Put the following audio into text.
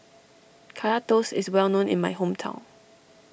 Kaya Toast is well known in my hometown